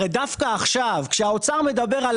הרי, דווקא עכשיו, כשהאוצר מדבר על